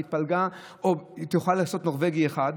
שהתפלגה תוכל לעשות נורבגי אחד,